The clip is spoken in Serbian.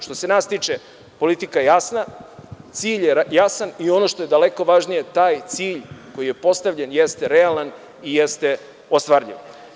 Što se nas tiče, politika je jasna, cilj je jasan, i ono što je daleko važnije, taj cilj koji je postavljen, jeste realan i jeste ostvarljiv.